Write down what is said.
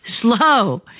slow